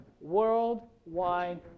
Worldwide